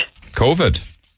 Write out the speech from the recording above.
COVID